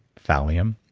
thallium.